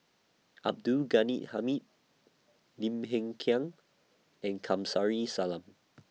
Abdul Ghani Hamid Lim Hng Kiang and Kamsari Salam